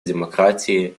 демократии